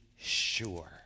sure